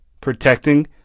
protecting